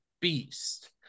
beast